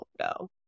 no